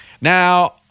Now